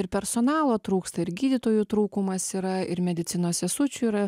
ir personalo trūksta ir gydytojų trūkumas yra ir medicinos sesučių yra